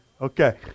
Okay